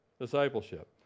Discipleship